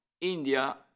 India